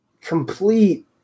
complete